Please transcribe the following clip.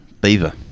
beaver